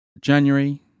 January